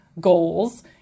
goals